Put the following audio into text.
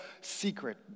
secret